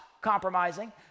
compromising